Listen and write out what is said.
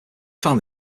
found